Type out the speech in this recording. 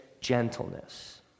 gentleness